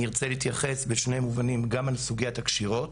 אני ארצה להתייחס בשני מובנים: גם סוגיית הקשירות,